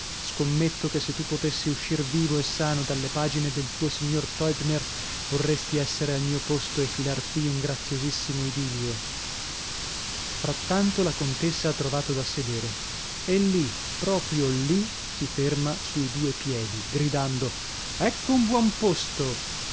scommetto che se tu potessi uscir vivo e sano dalle pagine del tuo signor teubner vorresti essere al mio posto e filar qui un graziosissimo idilio frattanto la contessa ha trovato da sedere e lì proprio lì si ferma sui due piedi gridando ecco un buon posto